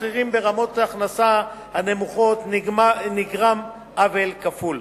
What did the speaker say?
לשכירים ברמות ההכנסה הנמוכות נגרם עוול כפול.